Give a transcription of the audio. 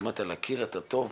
להכיר את הטוב,